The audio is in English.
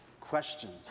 questions